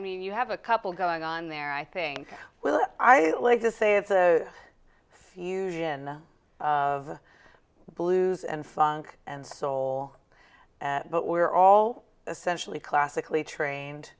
mean you have a couple going on there i think well i like to say it's a fusion of blues and funk and soul but we're all essentially classically trained